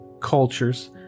cultures